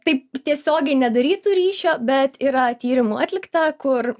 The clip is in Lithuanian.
taip tiesiogiai nedarytų ryšio bet yra tyrimų atlikta kur